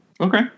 Okay